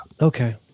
Okay